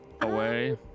Away